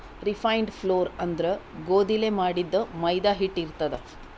refined flour ಅಂದ್ರ ಗೋಧಿಲೇ ಮಾಡಿದ್ದ್ ಮೈದಾ ಹಿಟ್ಟ್ ಇರ್ತದ್